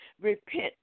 Repent